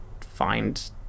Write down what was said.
find